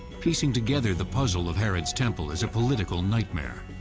piecing together the puzzle of herod's temple is a political nightmare.